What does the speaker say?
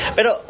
Pero